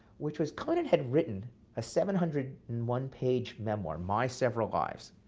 which was conant had written a seven hundred and one page memoir, my several lives,